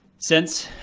since